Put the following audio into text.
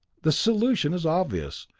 the solution is obvious.